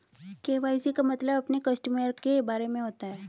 KYC का मतलब अपने कस्टमर के बारे में होता है